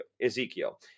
Ezekiel